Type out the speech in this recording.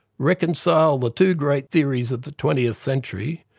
reconcile the two great theories of the twentieth century,